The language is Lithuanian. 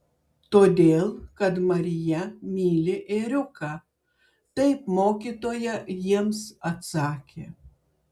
todėl kad marija myli ėriuką taip mokytoja jiems atsakė